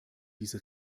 diese